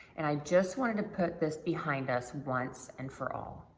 and i just want to put this behind us once and for all.